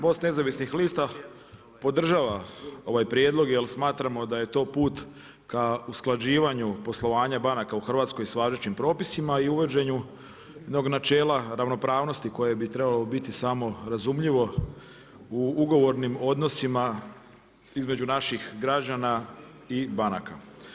Most nezavisnih lista podržava ovaj prijedlog jer smatramo da je to put k usklađivanju poslovanja banaka u Hrvatskoj s važećim propisima i uvođenju jednog načela ravnopravnosti koje bi trebalo biti samorazumljivo u ugovornim odnosima između naših građana i banaka.